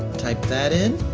type that in.